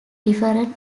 different